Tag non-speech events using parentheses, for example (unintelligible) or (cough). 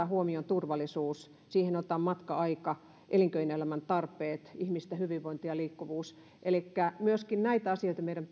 (unintelligible) huomioon turvallisuus siihen otetaan matka aika elinkeinoelämän tarpeet ihmisten hyvinvointi ja liikkuvuus elikkä myöskin näitä asioita meidän (unintelligible)